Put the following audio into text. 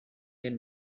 their